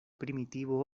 primitivo